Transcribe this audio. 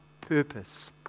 purpose